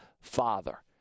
Father